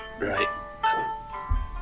right